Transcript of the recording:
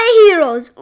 heroes